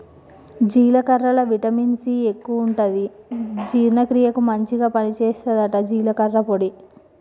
జీలకర్రల vitamin C ఎక్కువుంటది జీర్ణ క్రియకు మంచిగ పని చేస్తదట జీలకర్ర పొడి